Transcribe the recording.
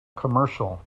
commercial